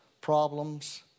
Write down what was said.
problems